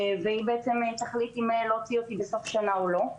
שהיא יכולה להחליט אם להוציא אותו בסוף השנה או לא.